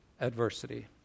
adversity